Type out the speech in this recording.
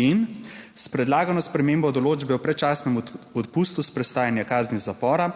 in s predlagano spremembo določbe o predčasnem odpustu s prestajanja kazni zapora,